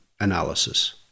analysis